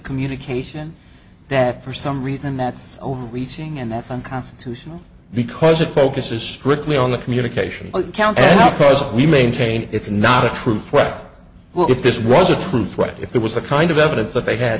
communication that for some reason that's overreaching and that's unconstitutional because it focuses strictly on the communication account because we maintain it's not a true threat well if this was a true threat if there was a kind of evidence that they had